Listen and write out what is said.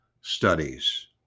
studies